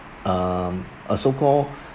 uh a so-called